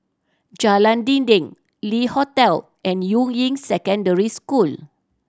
Jalan Dinding Le Hotel and Yuying Secondary School